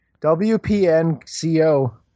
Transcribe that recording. W-P-N-C-O